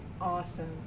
awesome